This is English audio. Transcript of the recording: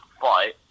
fight